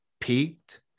peaked